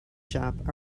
shop